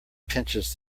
pinches